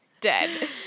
dead